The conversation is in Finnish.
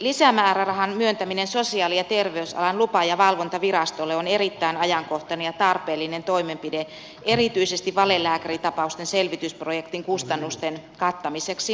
lisämäärärahan myöntäminen sosiaali ja terveysalan lupa ja valvontavirastolle on erittäin ajankohtainen ja tarpeellinen toimenpide erityisesti valelääkäritapausten selvitysprojektin kustannusten kattamiseksi